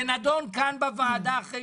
זה נדון כאן בוועדה אחרי